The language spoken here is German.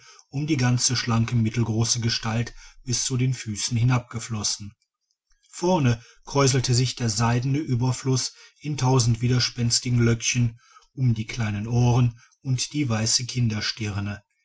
um die ganze schlanke mittelgroße gestalt bis zu den füßen hinabgeflossen vorne kräuselte sich der seidene überfluß in tausend widerspenstigen löckchen um die kleinen ohren und die weiße